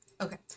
okay